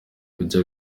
kujya